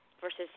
versus